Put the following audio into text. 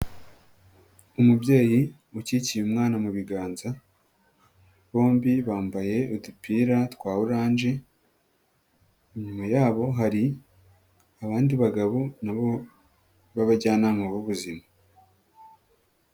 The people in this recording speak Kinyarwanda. Umubyeyi ukikiye umwana mu biganza bombi bambaye udupira twa oranje, inyuma yabo hari abandi bagabo nabo b'abajyanama b'ubuzima.